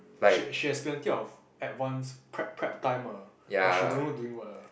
she she has plenty of advance prep prep time ah but she don't know doing what ah